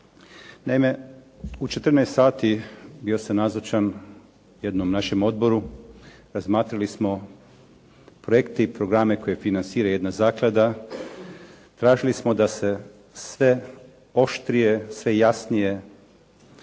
Naime, u 14 sati bio sam nazočan jednom našem odboru, razmatrali smo projekte i programe koje financira jedna zaklada, tražili smo da se sve oštrije, sve jasnije traži